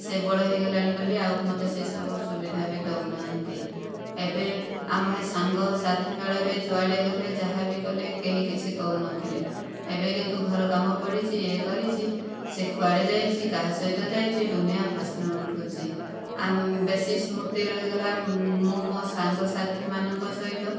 ସେ ବଡ଼ ହୋଇଗଲାଣି ବୋଲି ଆଉ ମୋତେ ସେସବୁ ସୁବିଧା ବି ଦେଉନାହାନ୍ତି ଏବେ ଆମେ ସାଙ୍ଗସାଥି ମେଳରେ ଯୁଆଡ଼େ ଗଲେ ଯାହା ବି କଲେ କେହି କିଛି କହୁନଥିଲେ ଏବେ କିନ୍ତୁ ଘର କାମ ପଡିଛି ୟେ କରିଛି ସେ କୁଆଡ଼େ ଯାଇଛି କାହା ସହିତ ଯାଇଛି ଦୁନିଆ ପ୍ରଶ୍ନ ଉଠୁଛି ବେଶି ସ୍ମୃତି ରହିଗଲା ମୁଁ ମୋ ସାଙ୍ଗ ସାଥିମାନଙ୍କ ସହିତ